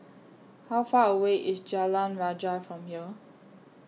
How Far away IS Jalan Rajah from here